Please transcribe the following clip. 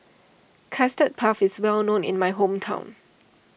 Custard Puff is well known in my hometown